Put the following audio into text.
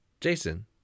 Jason